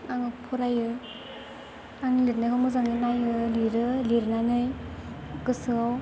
आङो फरायो आं लिरनायखौ मोजाङै नायो लिरो लिरनानै गोसोआव